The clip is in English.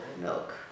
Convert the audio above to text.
milk